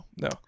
no